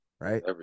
right